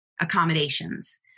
accommodations